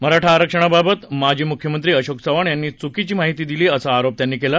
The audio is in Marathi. मराठा आरक्षणाबाबत माजी मुख्यमंत्री अशोक चव्हाण यांनी चुकीची माहिती दिली असा आरोप त्यांनी केला